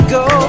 go